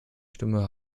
stimme